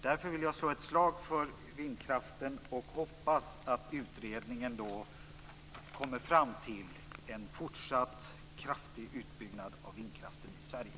Därför vill jag slå ett slag för vindkraften och hoppas att utredningen kommer fram till att det skall ske en fortsatt kraftig utbyggnad av vindkraften i Sverige.